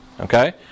Okay